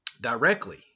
directly